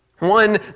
One